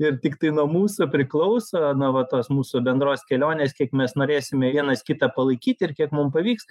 ir tiktai nuo mūsų priklauso nuo va tos mūsų bendros kelionės kiek mes norėsime vienas kitą palaikyti ir kiek mum pavyks